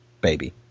baby